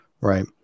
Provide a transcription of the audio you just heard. right